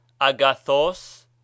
agathos